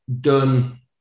done